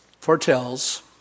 foretells